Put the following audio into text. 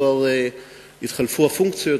כבר התחלפו הפונקציות,